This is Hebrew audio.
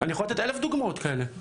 אני יכול לתת אלף דוגמאות כאלה.